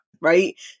Right